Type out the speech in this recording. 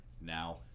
Now